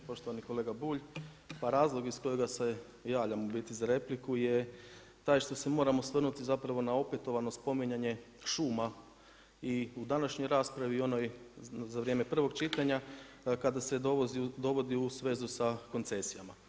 Poštovani kolega Bulj, pa razlog iz kojega se javljam u biti za repliku je taj što se moram osvrnuti zapravo na opetovano spominjanje šuma i u današnjoj raspravi i u onoj za vrijeme prvog čitanja kada se dovodi u svezu sa koncesijama.